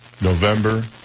November